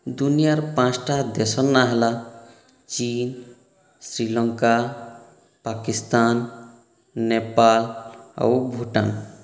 ଦୁନିଆର ପାଞ୍ଚୋଟି ଦେଶର ନାଁ ହେଲା ଚୀନ୍ ଶ୍ରୀଲଙ୍କା ପାକିସ୍ତାନ ନେପାଳ ଆଉ ଭୁଟାନ